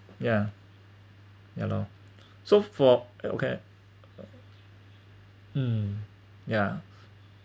ya ya lor so for it okay um yeah